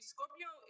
Scorpio